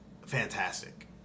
fantastic